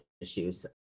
issues